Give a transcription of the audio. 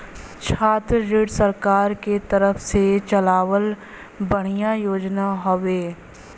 छात्र ऋण सरकार के तरफ से चलावल बढ़िया योजना हौवे